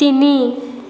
তিনি